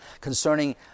concerning